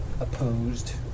opposed